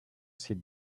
sit